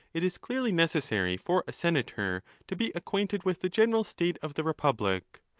it is clearly necessary for a senator to be acquainted with the general state of the republic.